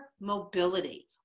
mobility